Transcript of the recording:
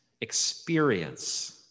experience